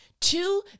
two